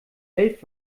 elf